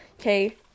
Okay